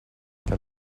this